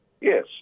Yes